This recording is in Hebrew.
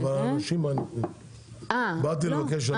לא, אבל האנשים, באתי לבקש הלוואה.